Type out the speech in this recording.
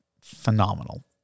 Phenomenal